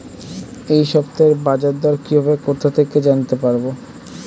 এই সপ্তাহের বাজারদর কিভাবে কোথা থেকে জানতে পারবো?